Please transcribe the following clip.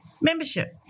membership